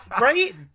right